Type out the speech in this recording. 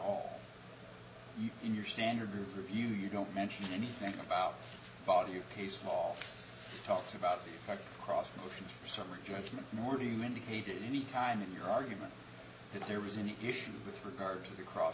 all in your standard review you don't mention anything about body you case small talks about the red cross motions for summary judgment morning indicated any time in your argument that there was an issue with regard to the cross